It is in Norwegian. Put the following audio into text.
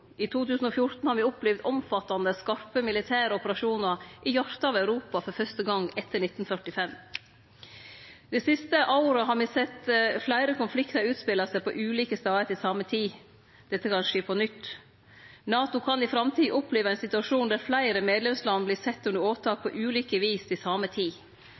uro. 2014 har me opplevd omfattande, skarpe militære operasjoner i hjartet av Europa for fyrste gong etter 1945. Det siste året har me sett fleire konfliktar utspele seg på ulike stader til same tid. Dette kan skje på nytt. NATO kan i framtida oppleve ein situasjon der fleire medlemsland vert sette under åtak på ulike vis til same tid.